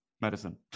medicine